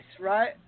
right